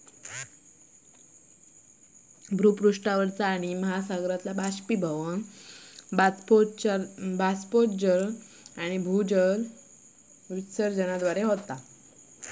भूपृष्ठावरचा पाणि महासागरातला बाष्पीभवन, बाष्पोत्सर्जन आणि भूजलाच्या विसर्जनाद्वारे होता